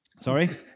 Sorry